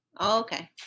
Okay